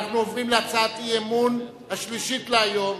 אנחנו עוברים להצעת האי-אמון השלישית להיום,